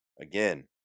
again